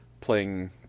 playing